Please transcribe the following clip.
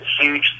huge